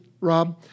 Rob